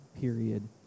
period